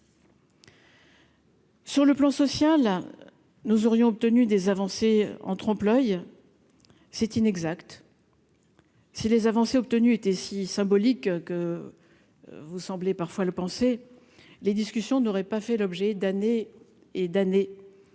Sur le plan social, nous aurions obtenu des avancées en trompe l'oeil c'est inexact. Si les avancées obtenues étaient si symbolique que vous semblez parfois le penser les discussions n'aurait pas fait l'objet d'années et d'années